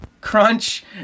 crunch